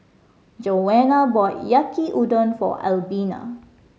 Joanna bought Yaki Udon for Albina